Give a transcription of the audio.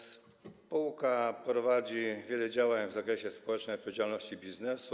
Spółka prowadzi wiele działań w zakresie społecznej odpowiedzialności biznesu.